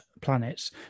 planets